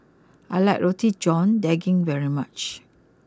I like Roti John Daging very much